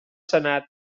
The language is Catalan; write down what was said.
senat